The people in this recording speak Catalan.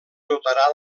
dotarà